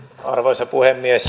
arvoisa puhemies